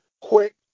Quick